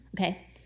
Okay